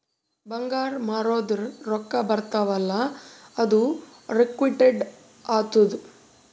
ಬಂಗಾರ್ ಮಾರ್ದುರ್ ರೊಕ್ಕಾ ಬರ್ತಾವ್ ಅಲ್ಲ ಅದು ಲಿಕ್ವಿಡಿಟಿ ಆತ್ತುದ್